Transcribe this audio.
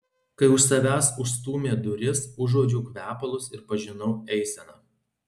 kai už savęs užstūmė duris užuodžiau kvepalus ir pažinau eiseną